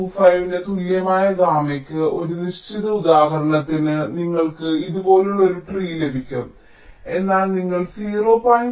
25 ന് തുല്യമായ ഗാമയ്ക്ക് ഒരു നിശ്ചിത ഉദാഹരണത്തിന് നിങ്ങൾക്ക് ഇതുപോലുള്ള ഒരു ട്രീ ലഭിക്കും എന്നാൽ നിങ്ങൾ 0